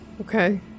Okay